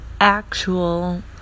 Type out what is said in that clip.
actual